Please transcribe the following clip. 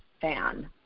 fan